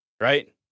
right